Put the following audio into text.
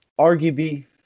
arguably